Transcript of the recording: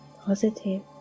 positive